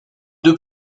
deux